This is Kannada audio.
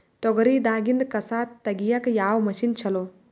ತೊಗರಿ ದಾಗಿಂದ ಕಸಾ ತಗಿಯಕ ಯಾವ ಮಷಿನ್ ಚಲೋ?